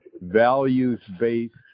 values-based